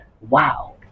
Wow